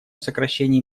сокращении